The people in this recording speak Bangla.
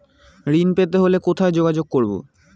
ঋণ পেতে হলে কোথায় যোগাযোগ করব?